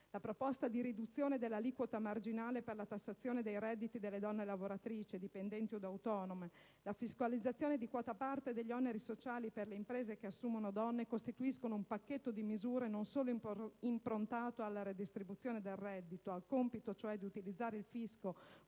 la proposta di riduzione dell'aliquota marginale per la tassazione dei redditi delle donne lavoratrici, dipendenti od autonome, la fiscalizzazione di quota parte degli oneri sociali per le imprese che assumono donne costituiscono un pacchetto di misure non solo improntato alla redistribuzione del reddito, al compito cioè di utilizzare il fisco